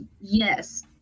yes